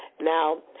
Now